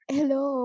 Hello